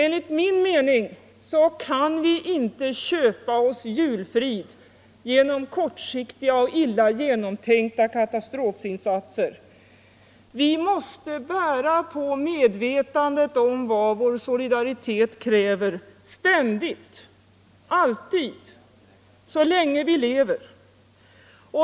Enligt min mening kan vi inte köpa oss julfrid genom kortsiktiga och illa genomtänkta katastrofinsatser. Vi måste bära på medvetandet om vad vår solidaritet kräver — ständigt, alltid, så länge vi lever.